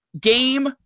game